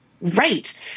right